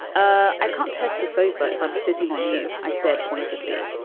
ah i can't test the sofa if i'm sitting on you. i said pointedly,